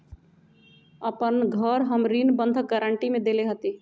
अपन घर हम ऋण बंधक गरान्टी में देले हती